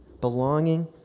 Belonging